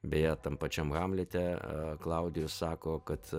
beje tam pačiam hamlete klaudijus sako kad